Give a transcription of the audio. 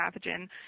pathogen